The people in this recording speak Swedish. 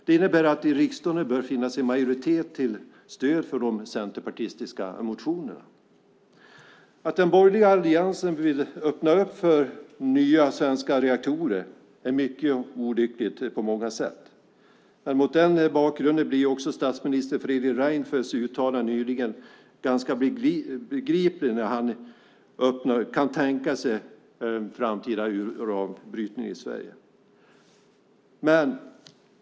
Det innebär att det i riksdagen bör finnas majoritet till stöd för de centerpartistiska motionerna. Att den borgerliga alliansen vill öppna för nya svenska reaktorer är mycket olyckligt på många sätt. Mot den bakgrunden blir statsminister Fredrik Reinfeldts uttalande nyligen ganska begripligt. Han kan nämligen tänka sig framtida uranbrytning i Sverige.